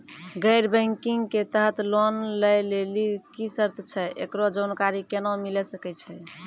गैर बैंकिंग के तहत लोन लए लेली की सर्त छै, एकरो जानकारी केना मिले सकय छै?